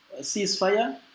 ceasefire